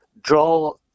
draw